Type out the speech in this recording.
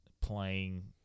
playing